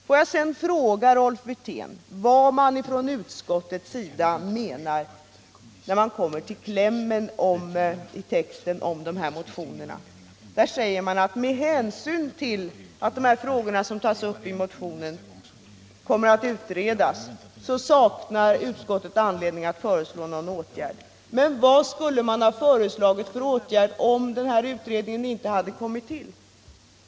Låt mig sedan fråga Rolf Wirtén vad man från utskottets sida menar när man kommer till klämmen i texten om de här motionerna: ”Med hänsyn till att de frågor som har tagits upp i motionerna ingår i den nya kommitténs uppdrag saknas anledning att föreslå någon åtgärd på grund av desamma.” Vad skulle utskottet ha föreslagit för åtgärd, om den här utredningen inte kommit till?